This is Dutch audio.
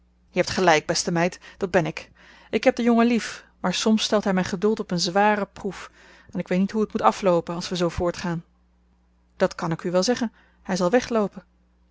je hebt gelijk beste meid dat ben ik ik heb den jongen lief maar soms stelt hij mijn geduld op een zware proef en ik weet niet hoe het moet afloopen als we zoo voortgaan dat kan ik u wel zeggen hij zal wegloopen